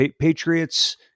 Patriots